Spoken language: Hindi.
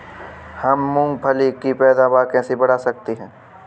हम मूंगफली की पैदावार कैसे बढ़ा सकते हैं?